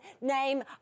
name